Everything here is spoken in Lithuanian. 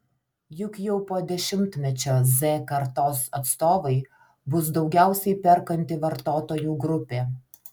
juk jau po dešimtmečio z kartos atstovai bus daugiausiai perkanti vartotojų grupė